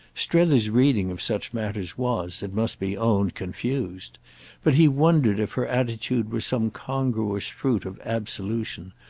strether's reading of such matters was, it must be owned, confused but he wondered if her attitude were some congruous fruit of absolution,